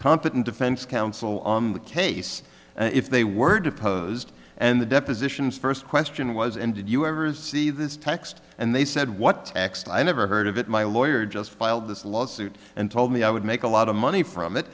competent defense counsel on the case if they were deposed and the depositions first question was and did you ever see this text and they said what i never heard of it my lawyer just filed this lawsuit and told me i would make a lot of money from it